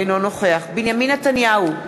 אינו נוכח בנימין נתניהו,